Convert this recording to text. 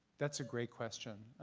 that's a great question.